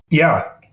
yeah.